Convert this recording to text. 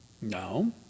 No